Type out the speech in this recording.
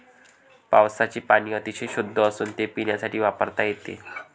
पावसाचे पाणी अतिशय शुद्ध असून ते पिण्यासाठी वापरता येते